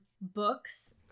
books